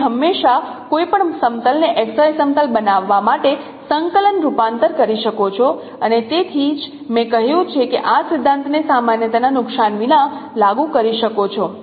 તમે હંમેશાં કોઈ પણ સમતલને XY સમતલ બનાવવા માટે સંકલન રૂપાંતર કરી શકો છો અને તેથી જ મેં કહ્યું કે આ સિદ્ધાંતને સામાન્યતાના નુકસાન વિના લાગુ કરી શકો છો